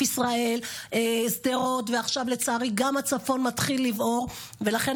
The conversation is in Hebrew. שבה מדינת ישראל כולה מתאבלת וקוברת את מתיה,